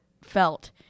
felt